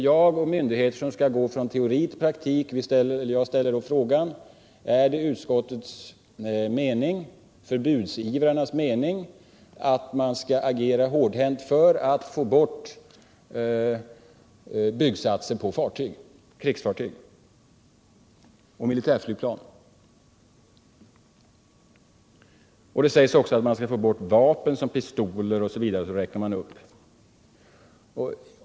Jag och myndigheterna skall gå från teori till praktik, och jag ställer frågan: Är det utskottets mening, förbudsivrarnas mening, att man skall agera hårdhänt för att få bort byggsatser till krigsfartyg och militärflygplan? Det sägs också att man skall få bort vapen — pistoler och annat räknas upp.